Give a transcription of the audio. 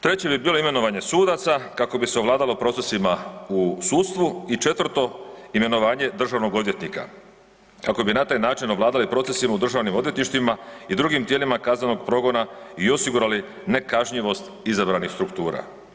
Treće bi bilo imenovanje sudaca kako bi se ovladalo procesima u sudstvu i četvrto imenovanje državnog odvjetnika kako bi na taj način ovladali procesima u državnim odvjetništvima i drugim tijelima kaznenog progona i osigurali nekažnjivost izabranih struktura.